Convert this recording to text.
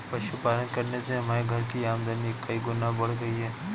पशुपालन करने से हमारे घर की आमदनी कई गुना बढ़ गई है